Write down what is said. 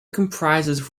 comprises